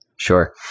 Sure